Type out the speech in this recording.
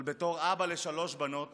אבל בתור אבא לשלוש בנות